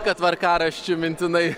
kad tvarkaraščių mintinai